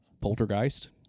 Poltergeist